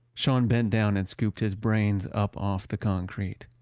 sean bent down and scooped his brains up off the concrete.